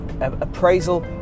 appraisal